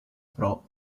pro